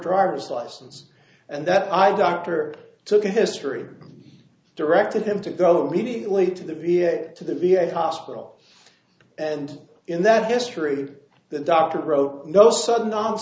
driver's license and that eye doctor took a history directed him to go immediately to the v a to the v a hospital and in that history the doctor wrote no sudden